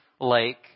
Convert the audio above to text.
lake